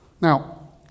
Now